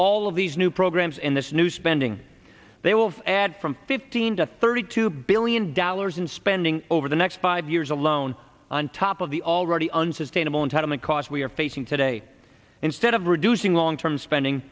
all of these new programs in this new spending they will add from fifteen to thirty two billion dollars in spending over the next five years alone on top of the already unsustainable entitlement costs we are facing today instead of reducing long term spending